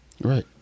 Right